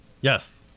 Yes